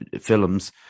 films